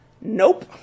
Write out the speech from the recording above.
Nope